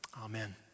Amen